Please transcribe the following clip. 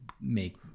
make